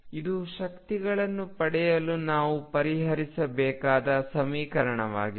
ಇದು ಶಕ್ತಿಗಳನ್ನು ಪಡೆಯಲು ನಾವು ಪರಿಹರಿಸಬೇಕಾದ ಸಮೀಕರಣವಾಗಿದೆ